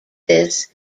this